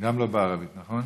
גם לא בערבית, נכון?